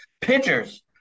Pitchers